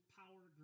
power